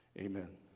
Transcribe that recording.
Amen